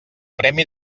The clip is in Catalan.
premi